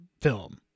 film